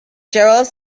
gerald